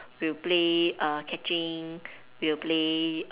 we'll play uh catching we'll play